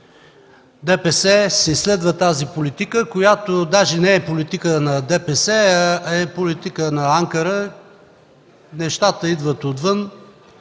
си следва политиката, която дори не е политика на ДПС, а е политика на Анкара. Нещата идват отвън.